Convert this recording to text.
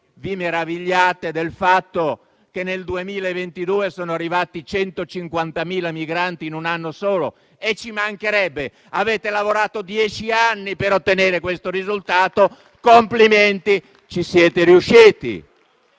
vi meravigliate del fatto che nel 2022 sono arrivati 150.000 migranti in un anno solo? Ci mancherebbe, avete lavorato dieci anni per ottenere questo risultato. Complimenti, ci siete riusciti.